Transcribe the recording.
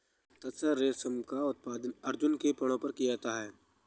तसर रेशम का उत्पादन अर्जुन के पेड़ पर किया जाता है